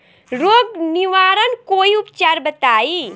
रोग निवारन कोई उपचार बताई?